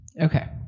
Okay